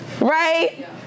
right